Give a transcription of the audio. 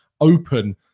open